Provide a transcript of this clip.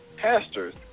pastors